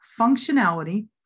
functionality